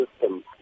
system